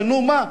שישנו מה?